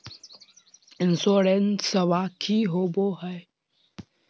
इंसोरेंसबा की होंबई हय?